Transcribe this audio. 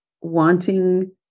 wanting